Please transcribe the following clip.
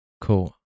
Cool